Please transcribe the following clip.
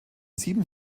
sieben